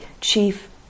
chief